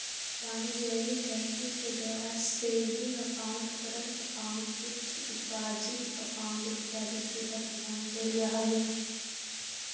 वाणिज्यिक बैंकिंग के द्वारा saving account, current account, fix deposit account इत्यादि सुविधा प्रदान कैल जा हइ